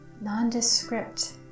nondescript